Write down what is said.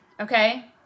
Okay